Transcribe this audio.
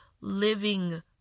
living